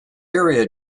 area